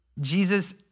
Jesus